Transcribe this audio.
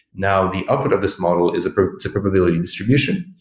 now, the output of this model is a probability distribution.